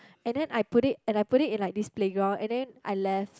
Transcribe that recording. and then I put it and I put it in like this playground and then I left